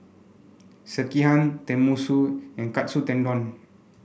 Sekihan Tenmusu and Katsu Tendon